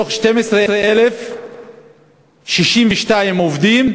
מתוך 12,062 עובדים,